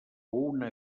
una